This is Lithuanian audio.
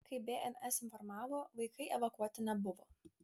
kaip bns informavo vaikai evakuoti nebuvo